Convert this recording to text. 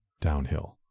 downhill